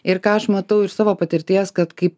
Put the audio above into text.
ir ką aš matau iš savo patirties kad kai